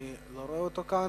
אני לא רואה אותו כאן.